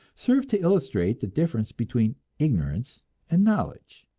serve to illustrate the difference between ignorance and knowledge,